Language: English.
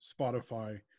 Spotify